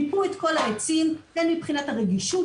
מיפו את כל העצים הן מבחינת הרגישות